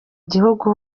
gihugu